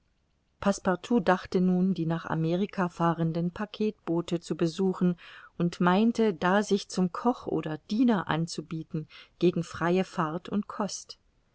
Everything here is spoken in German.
dachte nun die nach amerika fahrenden packetboote zu besuchen und meinte da sich zum koch oder diener anzubieten gegen freie fahrt und kost